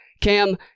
Cam